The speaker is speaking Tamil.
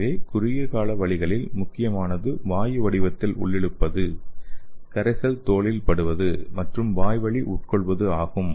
எனவே குறுகிய கால வழிகளில் முக்கியமானது வாயு வடிவத்தில் உள்ளிழுப்பது கரைசலில் தோலில் படுவது மற்றும் வாய்வழி உட்கொள்வது ஆகும்